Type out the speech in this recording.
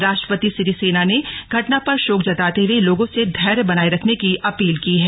राष्ट्रपति सिरी सेना ने घटना पर शोक जताते हुए लोगों से धैर्य बनाए रखने की अपील की है